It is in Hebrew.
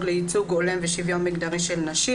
לייצוג הולם ושוויון מגדרי של נשים,